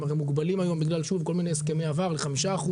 הם הרי מוגבלים היום בגלל כל מיני הסכמי עבר ל-5%.